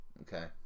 Okay